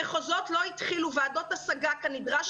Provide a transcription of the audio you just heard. המחוזות לא התחילו וועדות השגה כנדרש